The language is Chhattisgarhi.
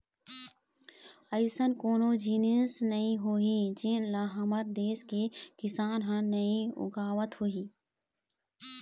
अइसन कोनो जिनिस नइ होही जेन ल हमर देस के किसान ह नइ उगावत होही